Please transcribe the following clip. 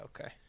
Okay